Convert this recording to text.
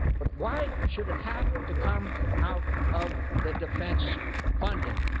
but why should it have to come out of the defense funding?